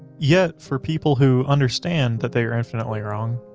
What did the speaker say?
yet, for people who understand that they are infinitely wrong,